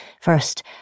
First